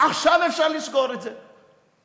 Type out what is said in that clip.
עכשיו אפשר לסגור את זה.